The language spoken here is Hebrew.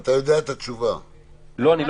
אתה אמרת שדעתך המקצועית הייתה שצריך לפתוח 50% מהמשק,